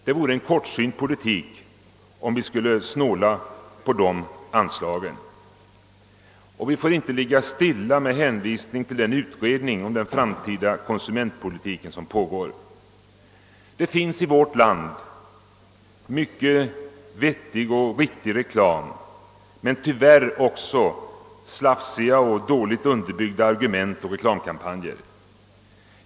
Det vore en kortsynt politik att snåla på de anslagen, och vi får inte heller vara overksamma med hänvisning till den utredning om den framtida konsumentpolitiken som pågår. Det finns i vårt land mycket vettig och riktig reklam, men det finns tyvärr också slafsiga och dåligt underbyggda argument i reklamen och dåliga reklamkampanjer.